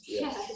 Yes